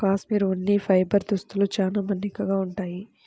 cashmere ఉన్ని fibre దుస్తులు చాలా మన్నికగా ఉంటాయి